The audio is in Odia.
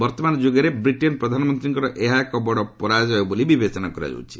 ବର୍ତ୍ତମାନ ଯୁଗରେ ବ୍ରିଟେନ୍ ପ୍ରଧାନମନ୍ତ୍ରୀଙ୍କର ଏହା ଏକ ବଡ଼ ପରାଜୟ ବୋଲି ବିବେଚନା କରାଯାଉଛି